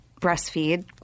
breastfeed